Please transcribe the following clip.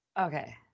Okay